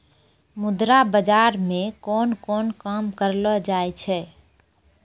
मुद्रा बाजार मे कोन कोन काम करलो जाय छै